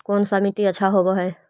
कोन सा मिट्टी अच्छा होबहय?